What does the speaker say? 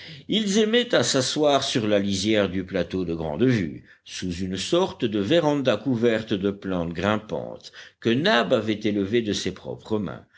ils aimaient à s'asseoir sur la lisière du plateau de grande vue sous une sorte de véranda couverte de plantes grimpantes que nab avait élevée de ses propres mains